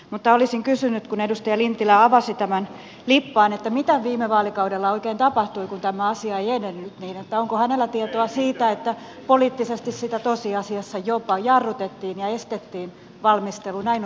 mutta olisin kysynyt kun edustaja lintilä avasi tämän lippaan mitä viime vaalikaudella oikein tapahtui kun tämä asia ei edennyt ja onko hänellä tietoa siitä että poliittisesti sitä tosiasiassa jopa jarrutettiin ja estettiin valmistelu näin on julkisuudessa väitetty